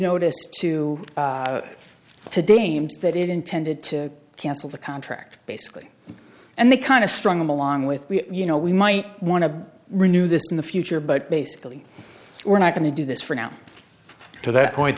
notice to to dame's that it intended to cancel the contract basically and the kind of strong him along with you know we might want to renew this in the future but basically we're not going to do this for now to that point